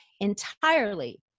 entirely